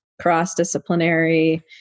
cross-disciplinary